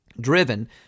Driven